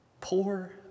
poor